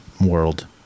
world